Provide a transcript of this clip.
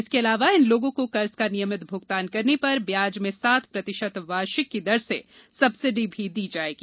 इसके अलावा इन लोगों को कर्ज का नियमित भुगतान करने पर ब्याज में सात प्रतिशत वार्षिक की दर से सब्सिडी भी दी जाएगी